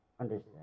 understand